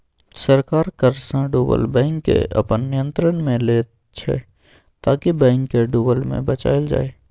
सरकार कर्जसँ डुबल बैंककेँ अपन नियंत्रणमे लैत छै ताकि बैंक केँ डुबय सँ बचाएल जाइ